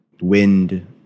wind